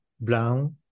Brown